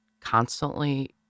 constantly